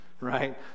right